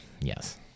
Yes